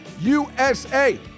USA